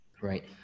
right